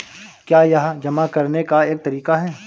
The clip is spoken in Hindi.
क्या यह जमा करने का एक तरीका है?